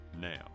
now